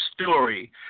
story